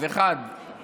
אז זה הרוע.